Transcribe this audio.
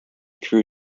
crew